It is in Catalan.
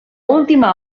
última